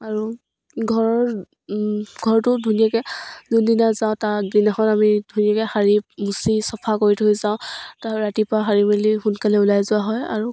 আৰু ঘৰৰ ঘৰটো ধুনীয়াকৈ যোনদিনা যাওঁ তাৰ আগদিনাখন আমি ধুনীয়াকৈ সাৰি মুচি চাফা কৰি থৈ যাওঁ তাৰপাছত ৰাতিপুৱা সাৰি মেলি সোনকালে ওলাই যোৱা হয় আৰু